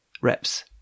reps